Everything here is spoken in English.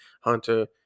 Hunter